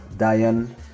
Diane